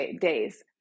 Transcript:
days